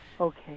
Okay